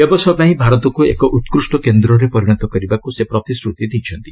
ବ୍ୟବସାୟ ପାଇଁ ଭାରତକୁ ଏକ ଉକ୍କୁଷ୍ଟ କେନ୍ଦ୍ରରେ ପରିଣତ କରିବାକୁ ସେ ପ୍ରତିଶ୍ରତି ଦେଇଛନ୍ତି